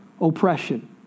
oppression